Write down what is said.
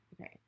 okay